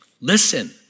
listen